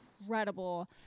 incredible